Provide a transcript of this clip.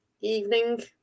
Evening